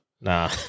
Nah